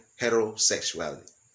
heterosexuality